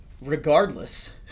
regardless